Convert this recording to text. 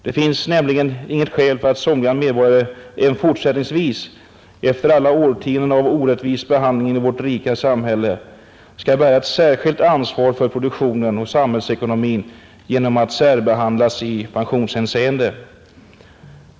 Det finns nämligen inget skäl för att somliga medborgare även fortsättningsvis, efter alla årtionden av orättvis behandling i vårt rika samhälle, skall bära ett särskilt ansvar för produktionen och samhällsekonomin genom att särbehandlas i pensionshänseende.